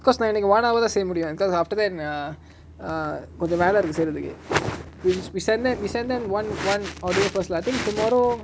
because நா இன்னைக்கு:na innaiku one hour தா செய்ய முடியு:tha seiya mudiyu because after that uh uh கொஞ்சோ வேல இருக்கு செய்ரதுக்கு:konjo vela iruku seirathuku we we send them we sent them one one audio first lah I think tomorrow